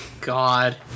god